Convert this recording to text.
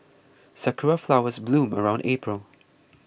sakura flowers bloom around April